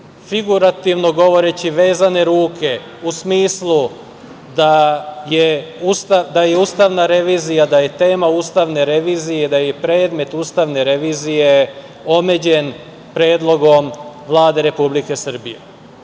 figurativno govoreći vezane ruke, u smislu da je ustavna revizija, da je tema ustavne revizije, da je predmet ustavne revizije omeđen predlogom Vlade Republike Srbije. Mi